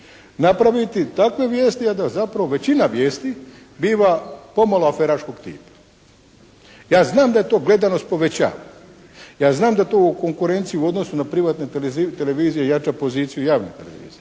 napraviti takve vijesti a da zapravo većina vijesti biva pomalo aferačkog tipa. Ja znam da to gledanost povećava, ja znam da to ovu konkurenciju u odnosu na privatne televizije jača poziciju javne televizije,